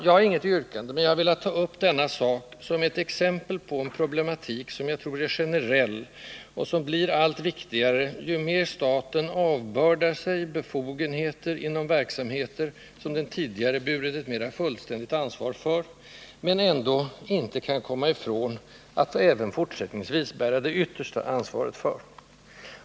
Jag har inget yrkande, men jag har velat ta upp denna sak som ett exempel på en problematik som jag tror är generell och som blir allt viktigare ju mer staten avbördar sig befogenheter inom verksamheter, som den tidigare burit ett mera fullständigt ansvar för, men ändå inte kan komma ifrån att även fortsättningsvis bära det yttersta ansvaret för.